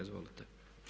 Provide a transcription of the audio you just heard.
Izvolite.